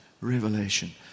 revelation